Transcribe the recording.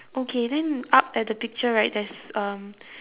okay then up at the picture right there's um